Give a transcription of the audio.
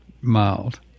mild